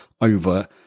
over